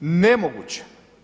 Nemoguće.